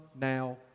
now